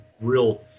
real